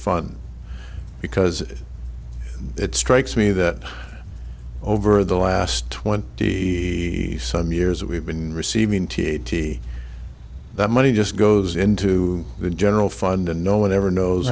fund because it strikes me that over the last twenty some years we've been receiving t t that money just goes into the general fund and no one ever knows